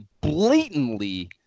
blatantly